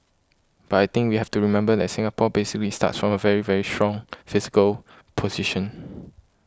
but I think we have to remember that Singapore basically starts from a very very strong fiscal position